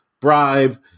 bribe